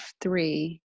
three